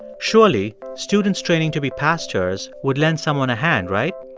surely, students training to be pastors would lend someone a hand, right?